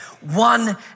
One